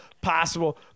possible